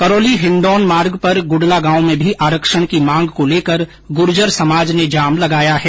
करौली हिंडोन मार्ग पर गुडलागांव में भी आरक्षण की मांग को लेकर गुर्जर समाज ने जाम लगाया है